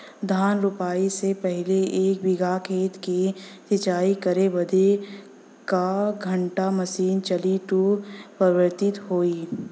धान रोपाई से पहिले एक बिघा खेत के सिंचाई करे बदे क घंटा मशीन चली तू पर्याप्त होई?